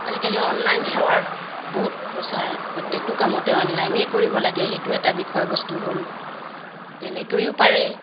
আজিকালি অনলাইন সেৱাৰ বহুত প্ৰচাৰ প্ৰত্যেকটো কামতে অনলাইনেই কৰিব লাগে সেইটো এটা বিষয়বস্তু হ'ল তেনেকৈয়ো পাৰে